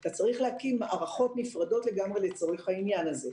אז צריך להקים מערכות נפרדות לגמרי לצורך העניין הזה.